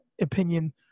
opinion